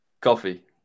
Coffee